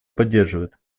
поддерживает